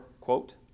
quote